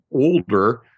older